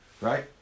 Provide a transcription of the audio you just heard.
right